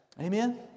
Amen